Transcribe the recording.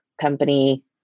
company